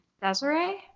Desiree